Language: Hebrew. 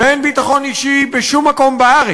ואין ביטחון אישי בשום מקום בארץ.